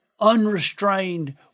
unrestrained